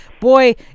boy